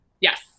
Yes